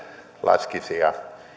laskisi